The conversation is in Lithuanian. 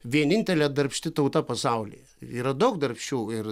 vienintelė darbšti tauta pasaulyje yra daug darbščių ir